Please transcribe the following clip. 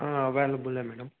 available madam